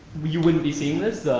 you wouldn't be seeing this.